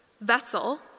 vessel